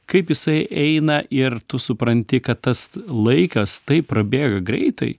kaip jisai eina ir tu supranti kad tas laikas taip prabėga greitai